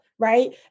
Right